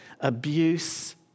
abuse